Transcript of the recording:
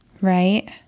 right